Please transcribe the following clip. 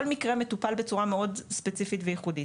כל מקרה מטופל בצורה מאוד ספציפית וייחודית.